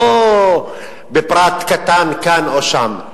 לא בפרט קטן כאן או שם.